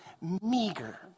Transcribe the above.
meager